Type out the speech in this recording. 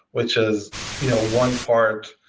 which is you know one part,